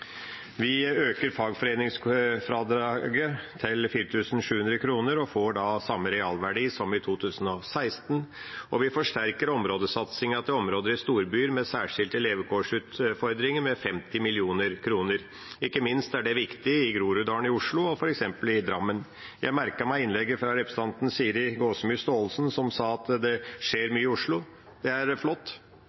Vi øker fagforeningsfradraget til 4 700 kr, og det får da samme realverdi som i 2016. Vi forsterker områdesatsingen til områder i storbyer med særskilte levekårsutfordringer med 50 mill. kr. Det er ikke minst viktig f.eks. i Groruddalen i Oslo og i Drammen. Jeg merket meg innlegget fra representanten Siri Gåsemyr Staalesen, som sa at det skjer mye i Oslo. Det er flott.